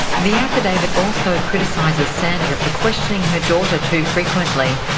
the affidavit also criticises sandra for questioning her daughter too frequently,